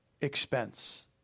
Expense